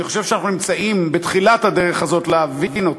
אני חושב שאנחנו נמצאים בתחילת הדרך להבין אותה.